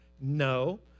No